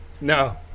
no